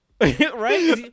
Right